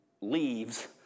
leaves